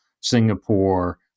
Singapore